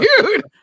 dude